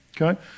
Okay